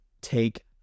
Take